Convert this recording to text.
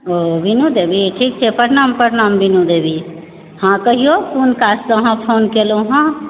ओ बीनु देवी ठीक छै प्रणाम प्रणाम बिनु देवी हॅं कहिऔ कोन काजसँ अहाँ फोन कएलहुॅं हँ